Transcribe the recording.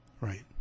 Right